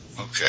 Okay